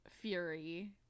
Fury